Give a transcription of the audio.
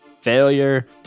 failure